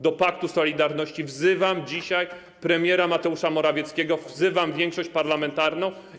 Do paktu solidarności wzywam dzisiaj premiera Mateusza Morawieckiego, wzywam większość parlamentarną.